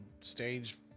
stage